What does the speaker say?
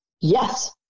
Yes